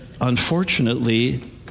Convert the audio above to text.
unfortunately